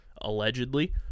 allegedly